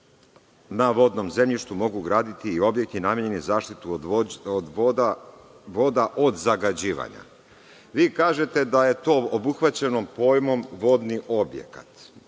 na vodnom zemljištu mogu graditi i objekti namenjeni za zaštitu voda od zagađivanja. Vi kažete da je to obuhvaćeno pojmom „vodni objekat“.